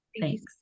thanks